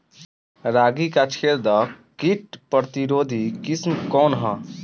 रागी क छेदक किट प्रतिरोधी किस्म कौन ह?